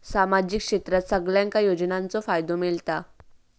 सामाजिक क्षेत्रात सगल्यांका योजनाचो फायदो मेलता?